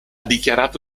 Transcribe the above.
dichiarato